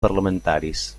parlamentaris